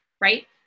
right